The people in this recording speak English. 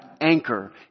anchor